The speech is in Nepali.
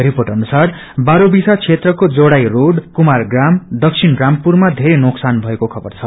रिपोट अनुसार बारोविसा क्षेत्रको जोड़ाई रोड कुमारग्राम दक्षिण रामपुरमा वेरै नोक्सान भएको खबर छ